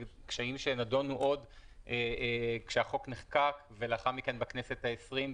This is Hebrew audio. שנדונו כשהחוק נחקק וגם נדונו בכנסת ה-20,